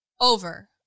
over